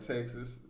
Texas